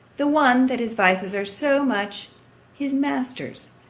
the one, that his vices are so much his masters,